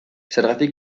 zergatik